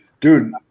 Dude